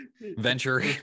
venture